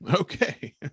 Okay